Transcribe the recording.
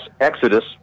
exodus